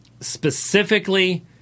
specifically